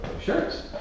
shirts